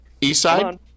Eastside